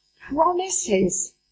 promises